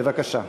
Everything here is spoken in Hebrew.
בבקשה.